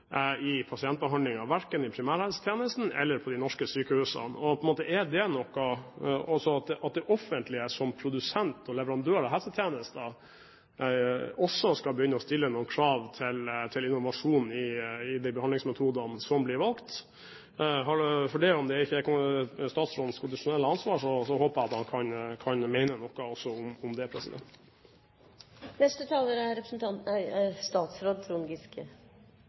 i pasientbehandlingen, verken i primærhelsetjenesten eller på de norske sykehusene. Bør det offentlige som produsent og leverandør av helsetjenester også begynne å stille noen krav til innovasjon i de behandlingsmetodene som blir valgt? Selv om det ikke er statsrådens konstitusjonelle ansvar, håper jeg at han kan mene noe også om det. Jeg har ingen planer om